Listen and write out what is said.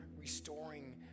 restoring